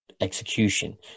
execution